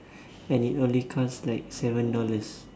and it only cost like seven dollars